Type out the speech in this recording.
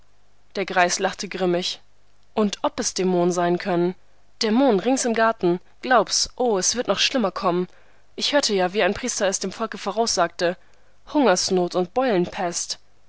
der greis lachte grimmig und ob es dämonen sein können dämonen rings im garten glaub's o es wird noch schlimmer kommen ich hörte ja wie ein priester es dem volke voraussagte hungersnot und beulenpest